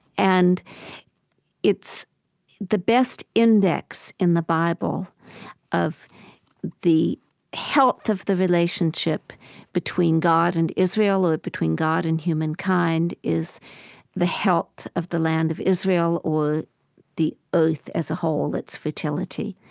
and it's the best index in the bible of the health of the relationship between god and israel or between god and humankind is the health of the land of israel or the earth as a whole, its fertility.